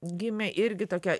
gimė irgi tokia